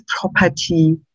property